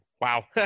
Wow